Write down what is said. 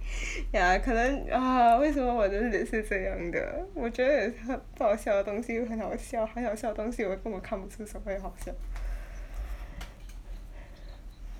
ya 可能啊为什么我的 lit 是这样的我觉得也 ha 不好笑的东西很好笑很好笑的东西我也根本看不出什么也好笑